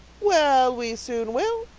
well, we soon will.